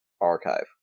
archive